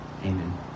Amen